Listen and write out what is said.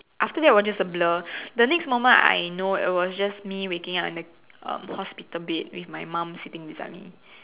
after that it was just a blur the next moment I know it was just me waking up in the um hospital bed with my mum sitting beside me